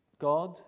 God